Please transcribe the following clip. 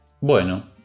Bueno